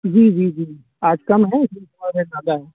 جی جی جی آج کم ہے اِس لیے ریٹ زیادہ ہے